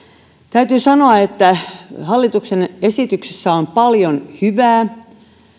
täytyy sanoa että hallituksen esityksessä on paljon hyvää